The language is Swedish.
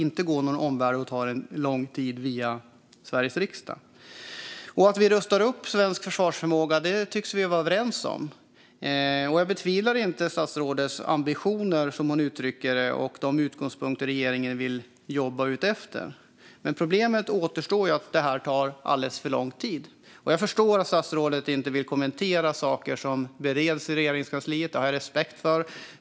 De behöver alltså inte gå någon omväg via Sveriges riksdag och ta lång tid. Upprustningen av svensk försvarsförmåga tycks vi vara överens om. Jag betvivlar inte statsrådets ambitioner, som hon uttrycker det, och de utgångspunkter regeringen vill jobba efter. Men problemet återstår - det här tar alldeles för lång tid. Jag förstår att statsrådet inte vill kommentera saker som bereds i Regeringskansliet. Det har jag respekt för.